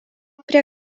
prie